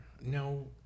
no